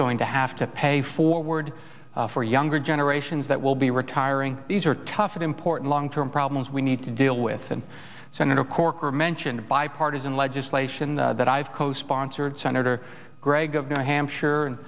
going to have to pay for word for younger generations that will be retiring these are tough and important long term problems we need to deal with and senator corker mentioned bipartisan legislation that i've co sponsored senator gregg of new hampshire and